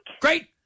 Great